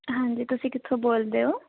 ਹਾਂਜੀ ਤੁਸੀਂ ਕਿੱਥੋਂ ਬੋਲਦੇ ਹੋ